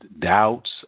doubts